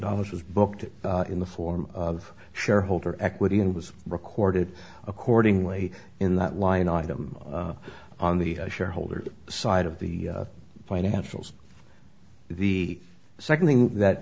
dollars was booked in the form of shareholder equity and was recorded accordingly in that line item on the shareholder side of the financials the second thing that